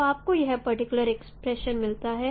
तो आपको यह पर्टिकुलर एक्सप्रेशं मिलता है